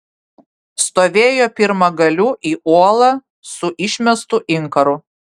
stovėjo pirmagaliu į uolą su išmestu inkaru